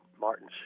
Martin